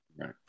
right